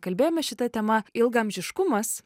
kalbėjome šita tema ilgaamžiškumas